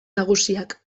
nagusiak